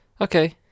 Okay